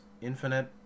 infinite